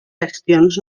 gestions